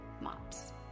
MOPS